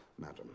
Madam